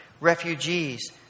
refugees